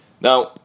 Now